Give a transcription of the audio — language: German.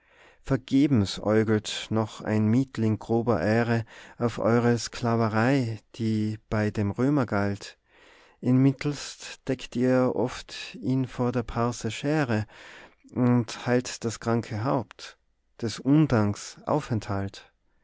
vergebens äugelt noch ein mietling grober ehre auf eure sklaverei die bei dem römer galt immitelst deckt ihr oft ihn vor der parce schere und heilt das kranke haupt des undanks